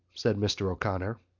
said mr. o'connor.